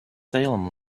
salem